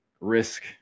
risk